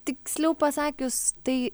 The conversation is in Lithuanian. tiksliau pasakius tai